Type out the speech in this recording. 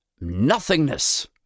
nothingness